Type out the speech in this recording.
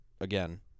again